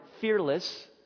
fearless